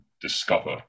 discover